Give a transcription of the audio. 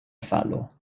falo